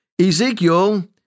Ezekiel